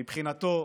מבחינתו,